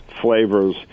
flavors